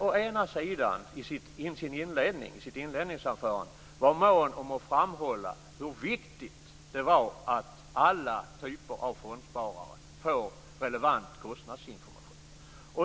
Å ena sidan var Per Landgren i sitt inledningsanförande mån om att framhålla hur viktigt det var att alla typer av fondsparare får relevant kostnadsinformation.